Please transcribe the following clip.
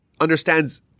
understands